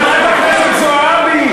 חברת הכנסת זועבי,